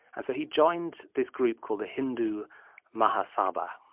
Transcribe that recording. and so he joined this group called the hindu mahasabha,